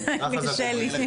שלי.